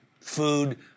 food